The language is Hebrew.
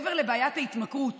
מעבר לבעיית ההתמכרות